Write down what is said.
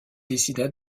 décida